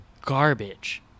garbage